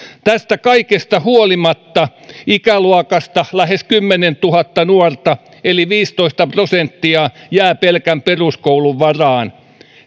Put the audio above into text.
tästä kaikesta huolimatta ikäluokasta lähes kymmenentuhatta nuorta eli viisitoista prosenttia jää pelkän peruskoulun varaan